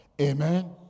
amen